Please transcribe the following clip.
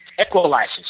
equalizes